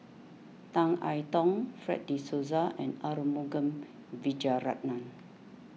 Tan I Tong Fred De Souza and Arumugam Vijiaratnam